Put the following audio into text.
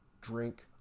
drink